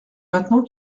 maintenant